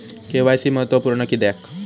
KYC महत्त्वपुर्ण किद्याक?